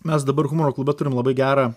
mes dabar humoro klube turim labai gerą